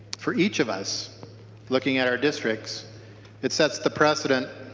for each of us looking at our districts it sets the precedent